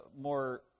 more